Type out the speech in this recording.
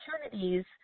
opportunities